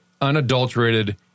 unadulterated